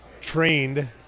trained